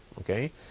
Okay